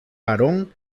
varón